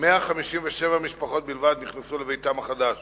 157 משפחות בלבד נכנסו לביתן החדש,